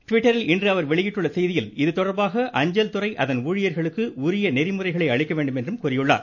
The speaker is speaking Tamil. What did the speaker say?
டவிட்டரில் இன்று அவர் வெளியிட்டுள்ள செய்தியில் இதுதொடர்பாக அஞ்சல்துறை அதன் ஊழியர்களுக்கு உரிய நெறிமுறைகளை அளிக்க வேண்டும் என்றும் அவர் கூறியுள்ளார்